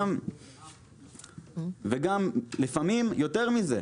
גם לפעמים יותר מזה,